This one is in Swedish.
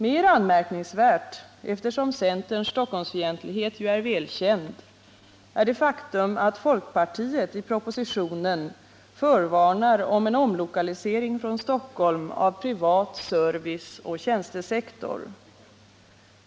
Mera anmärkningsvärt, eftersom centerns Stockholmsfientlighet ju är välkänd, är det faktum att folkpartiet i propositionen förvarnar om en omlokalisering från Stockholm av privat serviceoch tjänstesektor.